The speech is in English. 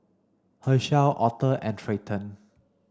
Hershell Octa and Treyton